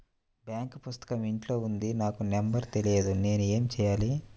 Bank పుస్తకం ఇంట్లో ఉంది నాకు నంబర్ తెలియదు నేను ఏమి చెయ్యాలి?